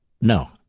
no